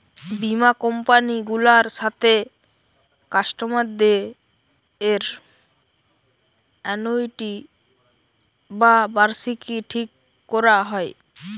বীমা কোম্পানি গুলার সাথে কাস্টমারদের অ্যানুইটি বা বার্ষিকী ঠিক কোরা হয়